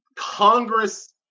Congress